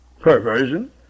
perversion